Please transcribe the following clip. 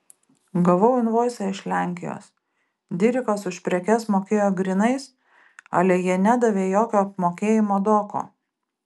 gavau invoisą iš lenkijos dirikas už prekes mokėjo grynais ale jie nedavė jokio apmokėjimo doko